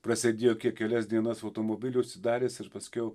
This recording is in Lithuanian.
prasėdėjo kiek kelias dienas automobilyje užsidaręs ir paskiau